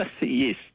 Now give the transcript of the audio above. Yes